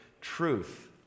truth